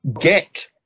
get